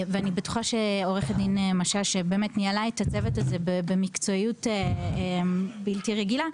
אני בטוחה שעו"ד משש ניהלה את הצוות הזה במקצועיות בלתי רגילה,